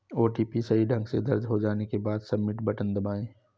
OTP सही ढंग से दर्ज हो जाने के बाद, सबमिट बटन दबाएं